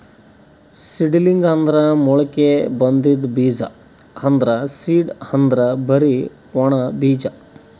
seedling ಅಂದ್ರ ಮೊಳಕೆ ಬಂದಿದ್ ಬೀಜ, ಆದ್ರ್ ಸೀಡ್ ಅಂದ್ರ್ ಬರಿ ಒಣ ಬೀಜ